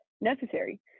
necessary